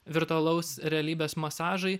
virtualaus realybės masažai